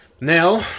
Now